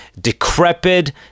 decrepit